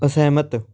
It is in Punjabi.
ਅਸਹਿਮਤ